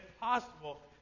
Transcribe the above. possible